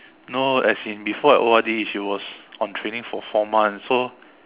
no as in before I O_R_D she was on training for four months so